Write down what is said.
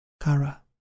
Kara